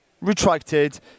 retracted